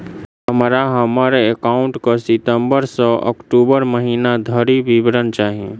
हमरा हम्मर एकाउंट केँ सितम्बर सँ अक्टूबर महीना धरि विवरण चाहि?